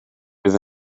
bydd